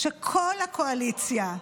שכל הקואליציה,